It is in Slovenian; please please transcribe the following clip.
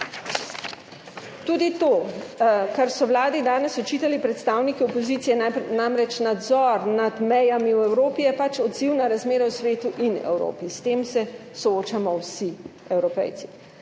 Tudi to, kar so Vladi danes očitali predstavniki opozicije, namreč nadzor nad mejami v Evropi, je pač odziv na razmere v svetu in Evropi, s tem se soočamo vsi Evropejci.